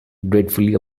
dreadfully